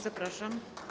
Zapraszam.